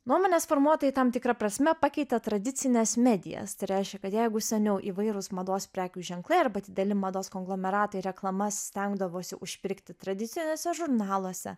nuomonės formuotojai tam tikra prasme pakeitė tradicines medijas tai reiškia kad jeigu seniau įvairūs mados prekių ženklai arba dideli mados konglomeratai reklamas stengdavosi užpirkti tradiciniuose žurnaluose